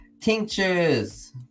tinctures